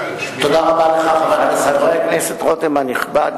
חבר הכנסת רותם הנכבד,